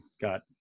got